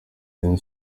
rayon